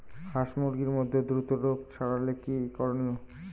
হাস মুরগির মধ্যে দ্রুত রোগ ছড়ালে কি করণীয়?